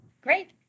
Great